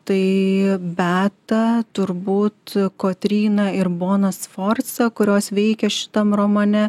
tai beata turbūt kotryną ir boną sforzą kurios veikia šitam romane